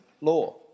law